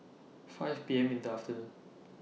five P M in The afternoon